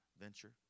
venture